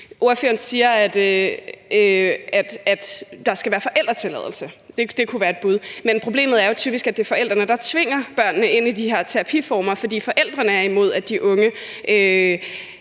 Ordføreren siger, at der skal være forældretilladelse. Det kunne være et bud, men problemet er jo typisk, at det er forældrene, der tvinger børnene ind i de her terapiformer, fordi forældrene er imod, at de unge